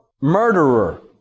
murderer